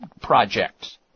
projects